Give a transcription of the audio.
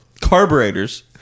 carburetors